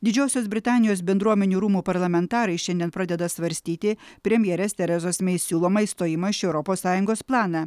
didžiosios britanijos bendruomenių rūmų parlamentarai šiandien pradeda svarstyti premjerės terezos mei siūlomą išstojimo iš europos sąjungos planą